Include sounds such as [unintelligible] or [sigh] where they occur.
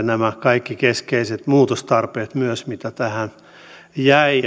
[unintelligible] nämä kaikki keskeiset muutostarpeet joita tähän jäi [unintelligible]